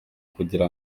kugira